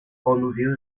conducido